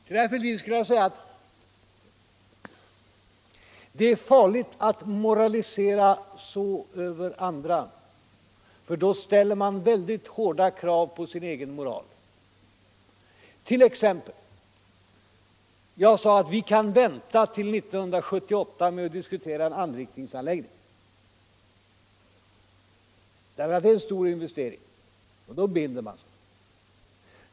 Till herr Fälldin vill jag säga att det är farligt att moralisera så över andra, för då ställer man väldigt hårda krav på sin egen moral. Jag sade t.ex. att vi kan vänta till 1978 med att diskutera en anrikningsanläggning, därför att det är en stor investering och då binder man sig.